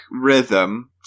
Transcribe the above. rhythm